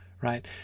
right